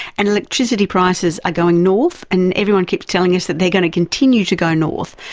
and electricity prices are going north, and everyone keeps telling us that they're going to continue to go north.